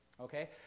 Okay